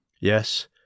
Yes